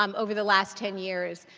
um over the last ten years.